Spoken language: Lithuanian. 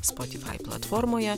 spotify platformoje